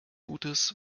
gutes